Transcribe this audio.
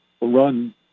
run